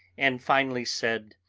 and finally said